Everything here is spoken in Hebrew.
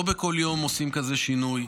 לא בכל יום עושים כזה שינוי.